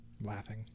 Laughing